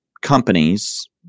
companies